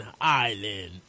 Island